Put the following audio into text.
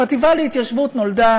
החטיבה להתיישבות נולדה